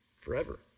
forever